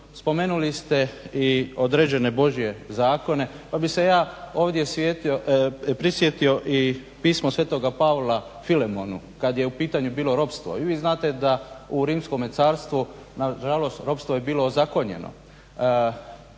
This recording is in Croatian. spomenuli ste i određene božje zakone, pa bih se ja ovdje prisjetio i pismo Sv. Pavla Filemonu kad je u pitanju bilo ropstvo. I vi znate da u Rimskome carstvu na žalost ropstvo je bilo ozakonjeno,